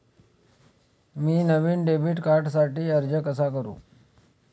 मी नवीन डेबिट कार्डसाठी अर्ज कसा करू?